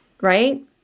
right